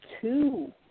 two